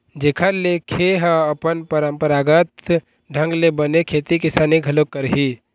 जेखर ले खे ह अपन पंरापरागत ढंग ले बने खेती किसानी घलोक करही